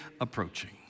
approaching